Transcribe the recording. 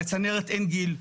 לצנרת אין גיל,